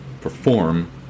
perform